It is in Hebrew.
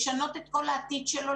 לשנות את כל העתיד שלו,